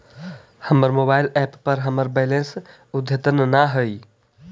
हमर mobile app पर हमर बैलेंस अद्यतन ना हई